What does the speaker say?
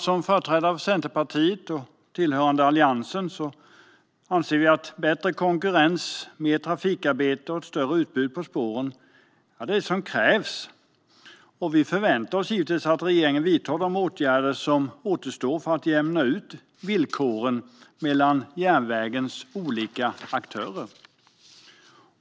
Som företrädare för Centerpartiet och tillhörande Alliansen anser vi att bättre konkurrens, mer trafikarbete och större utbud på spåren är det som krävs. Vi väntar oss givetvis att regeringen vidtar de åtgärder som återstår för att jämna ut villkoren mellan järnvägens olika aktörer.